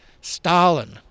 Stalin